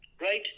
right